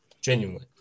Genuinely